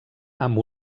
amb